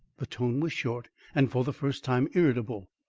the tone was short, and for the first time irritable.